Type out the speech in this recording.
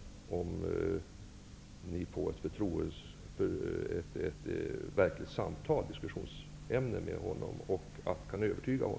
dem som bestämmer om räntan, och kan övertyga dem.